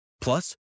Plus